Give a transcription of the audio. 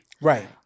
right